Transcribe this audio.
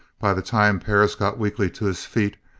by the time perris got weakly to his feet,